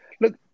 Look